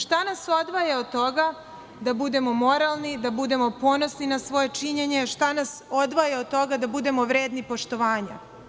Šta nas odvaja od toga da budemo moralni, da budemo ponosni na svoje činjenje, šta nas odvaja od toga da budemo vredni poštovanja?